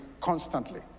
constantly